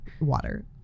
water